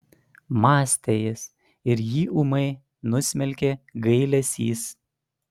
mąstė jis ir jį ūmai nusmelkė gailesys